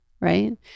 right